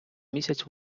місяць